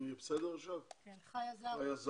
עודד